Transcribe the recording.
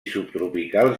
subtropicals